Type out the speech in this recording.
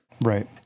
Right